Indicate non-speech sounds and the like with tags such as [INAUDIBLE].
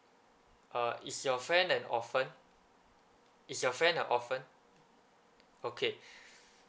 uh is your friend an orphan is your friend an orphan okay [BREATH]